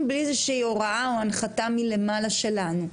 בלי איזושהי הוראה או הנחתה מלמעלה שלנו.